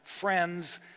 friends